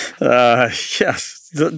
Yes